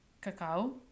cacao